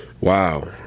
Wow